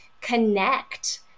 connect